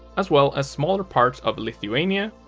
as well as smaller parts of lithuania,